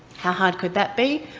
how hard could that be?